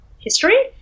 history